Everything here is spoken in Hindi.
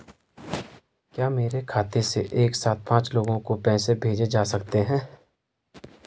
क्या मेरे खाते से एक साथ पांच लोगों को पैसे भेजे जा सकते हैं?